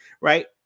right